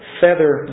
feather